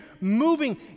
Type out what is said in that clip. moving